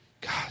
God